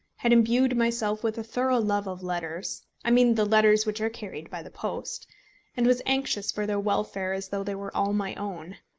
had imbued myself with a thorough love of letters i mean the letters which are carried by the post and was anxious for their welfare as though they were all my own.